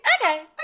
Okay